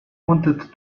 wanted